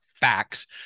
facts